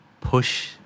push